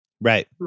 Right